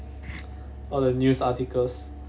on the news articles